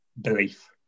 belief